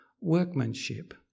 workmanship